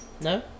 no